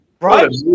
Right